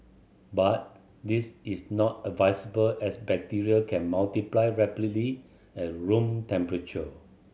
but this is not advisable as bacteria can multiply rapidly at room temperature